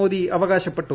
മോദി അവകാശപ്പെട്ടു